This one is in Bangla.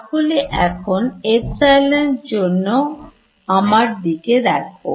তাহলে এখন Epsilon এর জন্য আমার দিকে দেখো